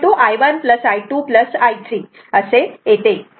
आणि म्हणून II1 I 2 I 3 असे येते